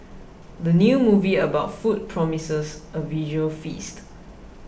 the new movie about food promises a visual feast